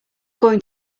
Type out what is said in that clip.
going